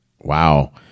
wow